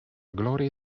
gloria